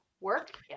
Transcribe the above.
work